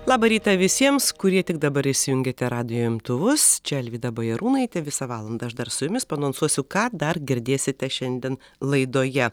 labą rytą visiems kurie tik dabar įsijungėte radijo imtuvus čia alvyda bajarūnaitė visą valandą aš dar su jumis paanonsuosiu ką dar girdėsite šiandien laidoje